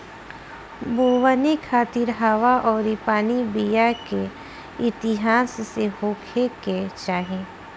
बोवनी खातिर हवा अउरी पानी बीया के हिसाब से होखे के चाही